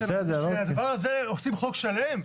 בשביל הדבר הזה עושים חוק שלם?